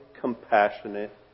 compassionate